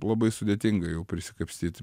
labai sudėtinga jau prisikapstyt